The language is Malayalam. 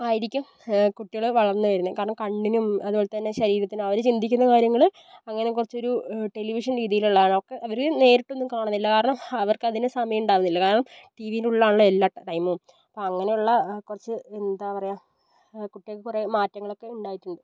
ആയിരിക്കും കുട്ടികള് വളർന്ന് വരുന്നത് കാരണം കണ്ണിനും അതുപോൽതന്നെ ശരീരത്തിനും അവര് ചിന്തിക്കുന്ന കാര്യങ്ങള് അങ്ങനെ കുറച്ചൊരു ടെലിവിഷൻ രീതിയിലുള്ളതാണ് അവർക്ക് അവര് നേരിട്ടൊന്നും കാണുന്നില്ല കാരണം അവർക്ക് അതിന് സമയം ഉണ്ടാവുന്നില്ല കാരണം ടിവീൻ്റെ ഉള്ളിലാണല്ലോ എല്ലാ ടൈമും അപ്പം അങ്ങനെയൊള്ള കുറച്ച് എന്താ പറയുക കുട്ടികൾക്ക് കുറെ മാറ്റങ്ങളൊക്കെ ഉണ്ടായിട്ടുണ്ട്